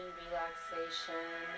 relaxation